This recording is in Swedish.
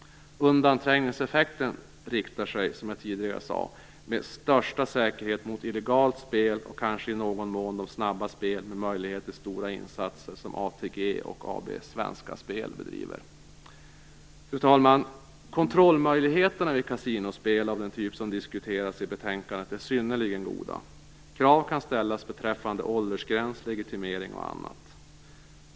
Undanträngningseffekten riktar sig, som jag tidigare sade, med största säkerhet mot illegalt spel och kanske i någon mån de snabba spel med möjlighet till stora insatser som ATG och AB Svenska Spel bedriver. Fru talman! Kontrollmöjligheterna vid kasinospel av den typ som diskuteras i betänkandet är synnerligen goda. Krav kan ställas beträffande åldersgräns, legitimering och annat.